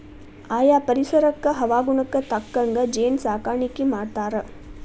ಆಯಾ ಪರಿಸರಕ್ಕ ಹವಾಗುಣಕ್ಕ ತಕ್ಕಂಗ ಜೇನ ಸಾಕಾಣಿಕಿ ಮಾಡ್ತಾರ